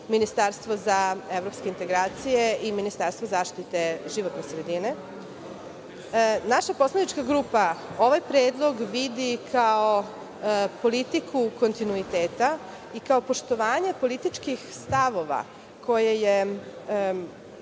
ministarstvo za evropske integracije i ministarstvo zaštite životne sredine. Naša poslanička grupa ovaj predlog vidi kao politiku kontinuiteta i kao poštovanje političkih stavova, koje je